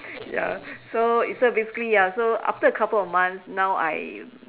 ya so basically ya so after a couple of months now I